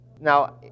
now